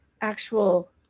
actual